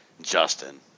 Justin